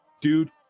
dude